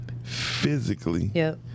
physically